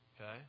Okay